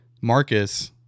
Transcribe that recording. Marcus